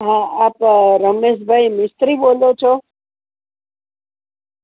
હ આપ રમેશભાઈ મિસ્ત્રી બોલો છો